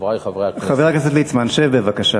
חברי חברי הכנסת, חבר הכנסת ליצמן, שב בבקשה.